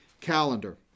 calendar